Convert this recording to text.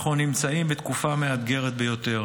אנחנו נמצאים בתקופה מאתגרת ביותר.